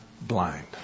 blind